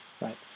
right